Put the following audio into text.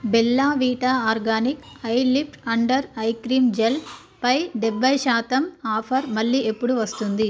Bella Vita organic eye lift under eye cream జెల్పై డెబ్భై శాతం ఆఫర్ మళ్ళీ ఎప్పుడు వస్తుంది